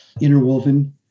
interwoven